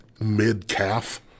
mid-calf